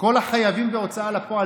כל החייבים בהוצאה לפועל,